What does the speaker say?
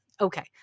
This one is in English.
Okay